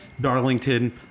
Darlington